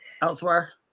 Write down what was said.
Elsewhere